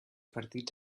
partits